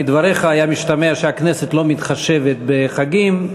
שמדבריך השתמע שהכנסת לא מתחשבת בחגים.